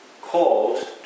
called